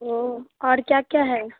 और क्या क्या है